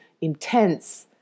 intense